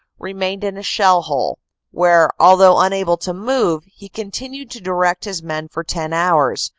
remained in a shell-hole, where, although unable to move, he continued to direct his men for ten hours,